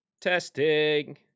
Testing